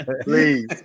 Please